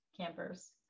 campers